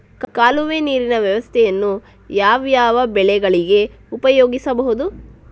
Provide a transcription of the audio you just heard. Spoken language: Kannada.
ಕಾಲುವೆ ನೀರಿನ ವ್ಯವಸ್ಥೆಯನ್ನು ಯಾವ್ಯಾವ ಬೆಳೆಗಳಿಗೆ ಉಪಯೋಗಿಸಬಹುದು?